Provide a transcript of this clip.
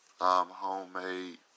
homemade